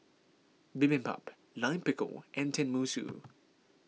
Bibimbap Lime Pickle and Tenmusu